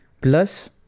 Plus